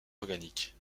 organique